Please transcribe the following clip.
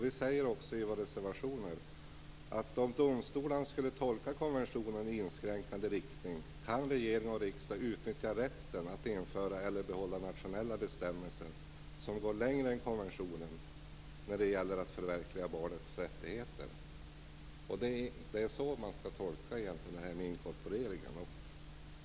Vi säger också i våra reservationer att om domstolarna skulle tolka konventionen i inskränkande riktning kan regering och riksdag utnyttja rätten att införa eller behålla nationella bestämmelser som går längre än konventionen när det gäller att förverkliga barnets rättigheter. Det är så man skall tolka inkorporeringen.